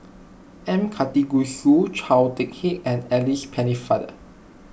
M Karthigesu Chao Hick Tin and Alice Pennefather